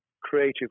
creative